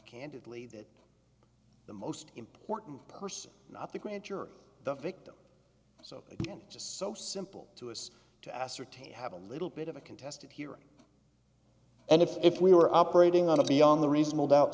candidly that the most important person not the grand jury the victim so again just so simple to us to ascertain have a little bit of a contested hearing and if we were operating on a beyond the reasonable doubt